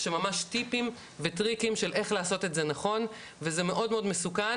שממש טיפים וטריקים של איך לעשות את זה נכון וזה מאוד מאוד מסוכן